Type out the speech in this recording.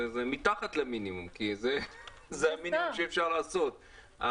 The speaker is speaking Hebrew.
זה מתחת למינימום, כי זה המינימום שאפשר לעשות.